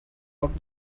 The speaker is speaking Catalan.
poc